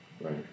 Right